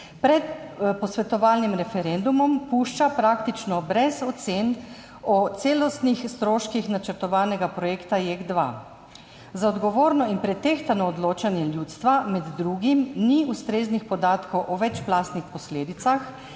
pred posvetovalnim referendumom pušča praktično brez ocen o celostnih stroških načrtovanega projekta JEK2. Za odgovorno in pretehtano odločanje ljudstva med drugim ni ustreznih podatkov o večplastnih posledicah